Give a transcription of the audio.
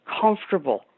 comfortable